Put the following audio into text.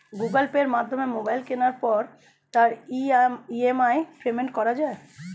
Google পের মাধ্যমে mobile কেনার পরে তার ই.এম.আই কি পেমেন্ট করা যায়?